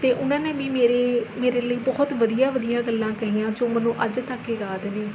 ਅਤੇ ਉਹਨਾਂ ਨੇ ਵੀ ਮੇਰੇ ਮੇਰੇ ਲਈ ਬਹੁਤ ਵਧੀਆ ਵਧੀਆ ਗੱਲਾਂ ਕਹੀਆਂ ਜੋ ਮੈਨੂੰ ਅੱਜ ਤੱਕ ਯਾਦ ਨੇ